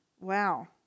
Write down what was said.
Wow